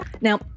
Now